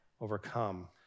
overcome